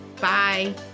bye